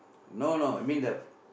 no no I mean the